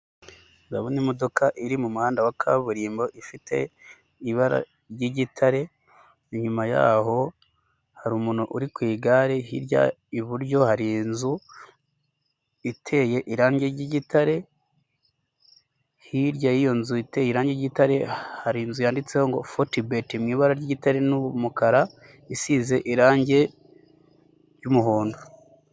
Ndabona imodoka iri mu muhanda wa kaburimbo ifite ibara ry'igitare inyuma yaho hari umuntu uri ku igare hirya iburyo hari inzu iteye irangi ry'igitare, hirya y'iyo nzu iteye irangi ry'igitare hari inzu yanditseho ngo fotibeti mu ibara ry'itare n'umukara isize irangi ry'umuhondo.